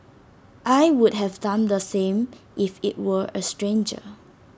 I would have done the same if IT were A stranger